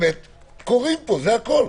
זה הכל.